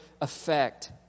effect